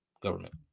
government